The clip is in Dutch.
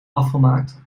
afgemaakt